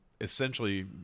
essentially